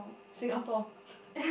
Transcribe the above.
Singapore